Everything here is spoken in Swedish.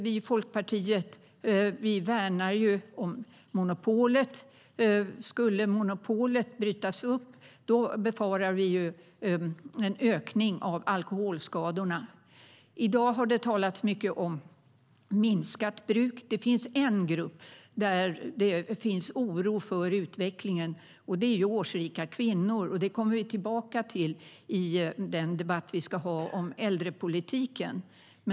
Vi i Folkpartiet värnar om monopolet. Skulle monopolet brytas upp befarar vi en ökning av alkoholskadorna. I dag har det talats mycket om minskat bruk. Det finns dock en grupp där det finns anledning till oro över utvecklingen, och det är gruppen årsrika kvinnor. Det kommer vi tillbaka till i den debatt vi ska ha om äldrepolitiken.